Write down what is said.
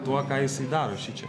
tuo ką jisai daro šičia